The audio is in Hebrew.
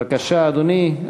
בבקשה, אדוני.